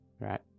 right